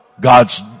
God's